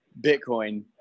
Bitcoin